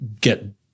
get